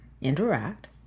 interact